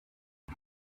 but